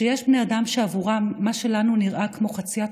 שיש בני אדם שעבורם מה שלנו נראה כמו חציית